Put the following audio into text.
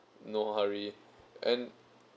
no hurry and